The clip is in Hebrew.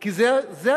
כי זה הפתיחות,